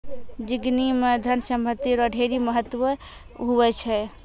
जिनगी म धन संपत्ति रो ढेरी महत्व हुवै छै